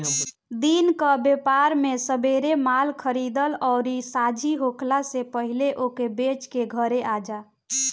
दिन कअ व्यापार में सबेरे माल खरीदअ अउरी सांझी होखला से पहिले ओके बेच के घरे आजा